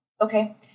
Okay